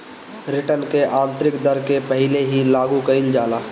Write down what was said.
return की आतंरिक दर के पहिले ही लागू कईल जाला